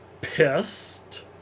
pissed